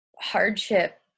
hardship